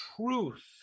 truth